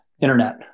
internet